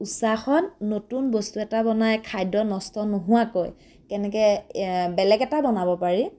উৎসাহত নতুন বস্তু এটা বনাই খাদ্য নষ্ট নোহোৱাকৈ কেনেকৈ বেলেগ এটা বনাব পাৰি